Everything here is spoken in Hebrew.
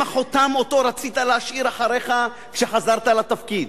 החותם שרצית להשאיר אחריך כשחזרת לתפקיד?